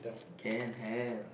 can have